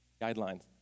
guidelines